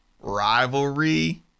rivalry